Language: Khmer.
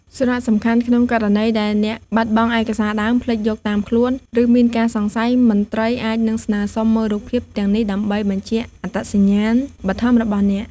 សារៈសំខាន់ ក្នុងករណីដែលអ្នកបាត់បង់ឯកសារដើម ភ្លេចយកតាមខ្លួន ឬមានការសង្ស័យ មន្ត្រីអាចនឹងស្នើសុំមើលរូបភាពទាំងនេះដើម្បី បញ្ជាក់អត្តសញ្ញាណបឋមរបស់អ្នក។